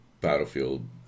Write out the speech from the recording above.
Battlefield